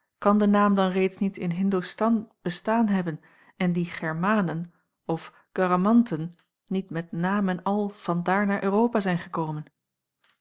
kan de naam dan reeds niet in hindostan bestaan hebben en die germanen of garamanten niet met naam en al van daar naar europa zijn gekomen